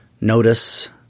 notice